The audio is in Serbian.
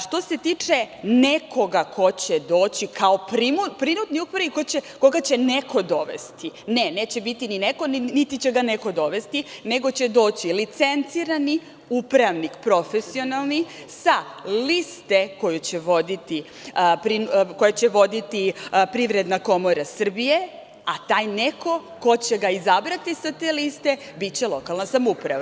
Što se tiče nekoga ko će doći kao prinudni upravnik koga će neko dovesti, ne, neće biti ni neko, niti će ga neko dovesti, nego će doći licencirani upravnik profesionalni sa liste koju će voditi Privredna komora Srbije, a taj neko ko će ga izabrati sa te liste biće lokalna samouprava.